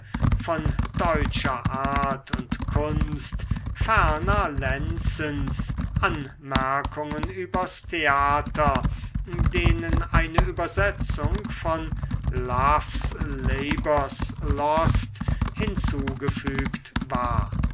von deutscher art und kunst ferner lenzens anmerkungen übers theater denen eine übersetzung von love's labour's lost hinzugefügt war